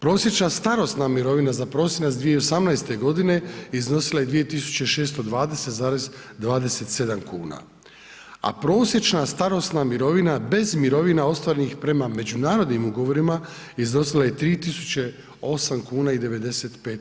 Prosječna starosna mirovina za prosinac 2018. godine iznosila je 2.620,27 kuna, a prosječna starosna mirovina bez mirovina ostvarenih prema međunarodnim ugovorima iznosila je 3.008,95.